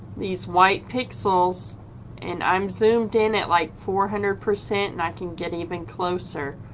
these white pixels and i'm zoomed in at like four hundred percent and i can get even closer